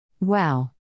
Wow